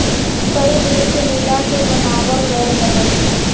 कई देश के मिला के बनावाल गएल रहल